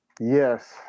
Yes